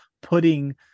putting